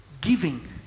giving